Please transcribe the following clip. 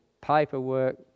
paperwork